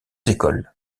écoles